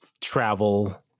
travel